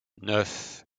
neuf